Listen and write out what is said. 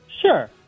sure